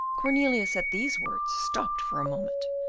cornelius at these words stopped for a moment,